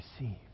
receive